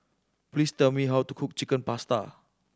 please tell me how to cook Chicken Pasta